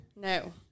No